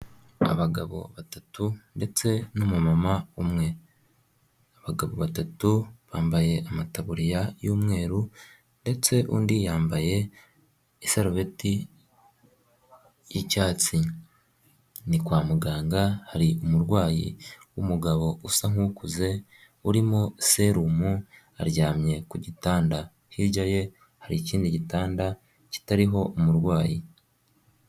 Abagabo batatu ndetse n'umumama umwe. Abagabo batatu bambaye amatabuririya y'umweru ndetse undi yambaye esarobeti y'icyatsi; ni kwa muganga hari umurwayi w'umugabo usa nku'ukuze urimo serumu aryamye ku gitanda hirya ye hari ikindi gitanda kitariho umurwayi.